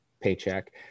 paycheck